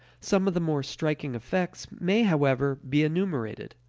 some of the more striking effects, may, however, be enumerated.